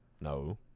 No